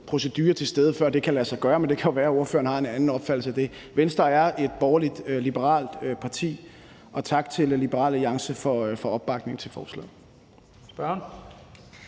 procedure til stede, før det kan lade sig gøre, men det kan jo være, at spørgeren har en anden opfattelse af det. Venstre er et borgerlig-liberalt parti. Og tak til Liberal Alliance for opbakningen til forslaget. Kl.